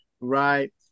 right